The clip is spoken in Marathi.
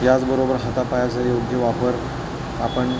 याचबरोबर हातापायाचा योग्य वापर आपण